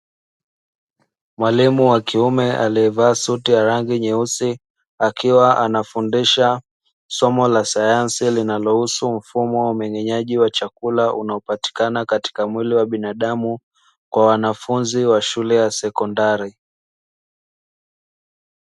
Mwalimu wa kiume aliyevaa suti ya rangi nyeusi, akiwa anafundisha somo la sayansi linalohusu mfumo wa umeng'enyaji wa chakula unaopatikana katika mwili wa binadamu kwa wanafunzi wa shule ya sekondari.